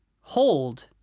hold